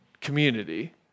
community